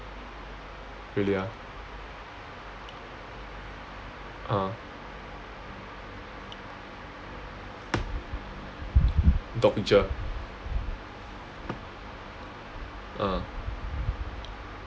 really ah uh dog picture uh